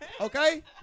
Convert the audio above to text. Okay